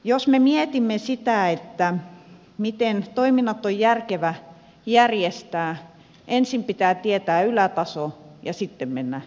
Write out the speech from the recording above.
jos me mietimme sitä miten toiminnat on järkevä järjestää ensin pitää tietää ylätaso ja sitten mennä yksityiskohtiin